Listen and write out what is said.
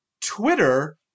Twitter